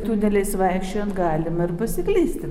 tuneliais vaikščiojant galima ir pasiklysti